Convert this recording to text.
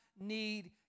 need